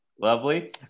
Lovely